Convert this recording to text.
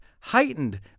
heightened